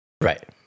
Right